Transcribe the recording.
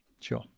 Sure